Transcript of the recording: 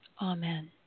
Amen